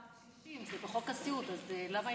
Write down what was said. זה בחוק הסיעוד, אז למה